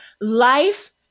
life